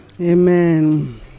amen